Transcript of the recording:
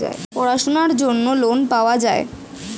পড়াশোনার জন্য লোন পাওয়া যায়